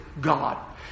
God